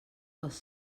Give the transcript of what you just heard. pels